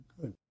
good